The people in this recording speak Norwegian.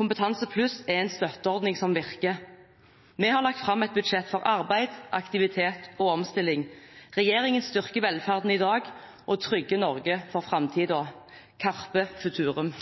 Kompetansepluss er en støtteordning som virker. Vi har lagt fram et budsjett for arbeid, aktivitet og omstilling. Regjeringen styrker velferden i dag og trygger Norge for framtiden. Carpe futurum!